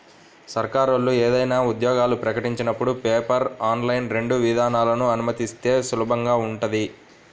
సర్కారోళ్ళు ఏదైనా ఉద్యోగాలు ప్రకటించినపుడు పేపర్, ఆన్లైన్ రెండు విధానాలనూ అనుమతిస్తే సులభంగా ఉంటది